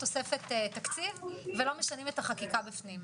תוספת תקציב ולא משנים את החקיקה בפנים.